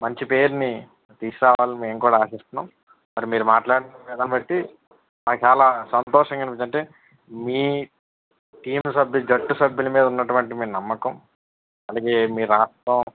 మంచి పేరుని తీసుకురావాలని మేము కూడా ఆశిస్తున్నాం సరే మీరు మాట్లాడిన విధం బట్టి నాకు చాలా సంతోషంగా అనిపించింది ఎందుకంటే మీ టీమ్ సభ్యు జట్టు సభ్యులు మీద ఉన్నటువంటి మీ నమ్మకం అలాగే మీ రాష్ట్రం